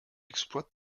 exploite